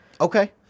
Okay